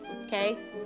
Okay